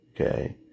okay